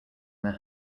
their